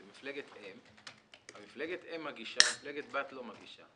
מפלגת אם מגישה ומפלגת הבת לא מגישה.